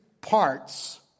parts